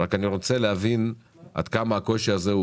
רק אני רוצה להבין עד כמה הקושי הזה הוא